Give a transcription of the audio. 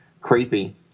creepy